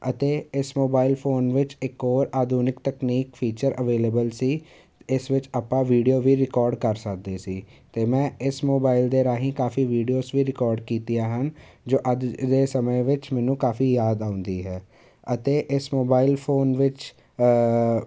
ਅਤੇ ਇਸ mobile phone ਵਿੱਚ ਇੱਕ ਹੋਰ ਆਧੁਨਿਕ ਤਕਨੀਕ ਫੀਚਰ ਅਵੇਲੇਬਲ ਸੀ ਇਸ ਵਿੱਚ ਆਪਾਂ ਵੀਡੀਓ ਵੀ ਰਿਕਾਰਡ ਕਰ ਸਕਦੇ ਸੀ ਅਤੇ ਮੈਂ ਇਸ ਮੋਬਾਈਲ ਦੇ ਰਾਹੀਂ ਕਾਫੀ ਵੀਡੀਓਜ਼ ਵੀ ਰਿਕਾਰਡ ਕੀਤੀਆਂ ਹਨ ਜੋ ਅੱਜ ਦੇ ਸਮੇਂ ਵਿੱਚ ਮੈਨੂੰ ਕਾਫੀ ਯਾਦ ਆਉਂਦੀ ਹੈ ਅਤੇ ਇਸ ਮੋਬਾਇਲ ਫੋਨ ਵਿੱਚ